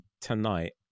Tonight